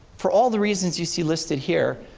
for all the reasons you see listed here,